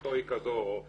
הכנסתו היא כזו או הוא